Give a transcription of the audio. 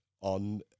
on